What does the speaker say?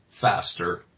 faster